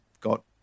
got